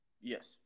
Yes